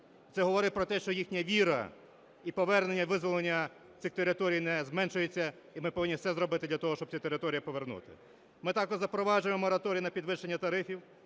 Це говорить про те, що їхня віра і повернення, визволення цих територій не зменшується. І ми повинні все зробити для того, щоб цю територію повернути. Ми також запроваджуємо мораторій на підвищення тарифів.